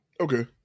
Okay